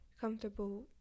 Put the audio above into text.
comfortable